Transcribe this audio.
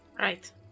Right